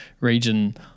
region